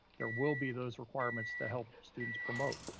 there will be those requirements to help students promote.